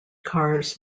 cars